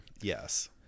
Yes